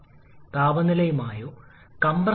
8 ആയി വരുന്ന T2a കണക്കാക്കാം കെ